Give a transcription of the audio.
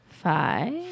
Five